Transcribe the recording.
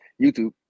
YouTube